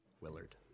Willard